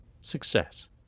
success